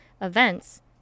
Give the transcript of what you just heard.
events